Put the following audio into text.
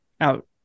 out